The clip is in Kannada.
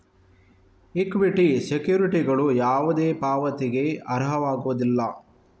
ಈಕ್ವಿಟಿ ಸೆಕ್ಯುರಿಟಿಗಳು ಯಾವುದೇ ಪಾವತಿಗೆ ಅರ್ಹವಾಗಿರುವುದಿಲ್ಲ